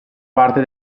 parte